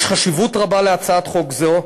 יש חשיבות רבה להצעת חוק זו,